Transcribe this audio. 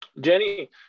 Jenny